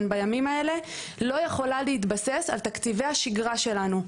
בימים האלה לא יכולה להתבסס על תקציבי השגרה שלנו.